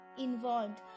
involved